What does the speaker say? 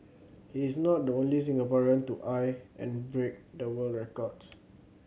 he is not the only Singaporean to eye and break the world records